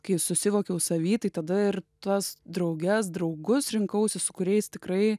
kai susivokiau savy tai tada ir tuos drauges draugus rinkausi su kuriais tikrai